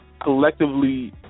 collectively